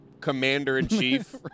Commander-in-Chief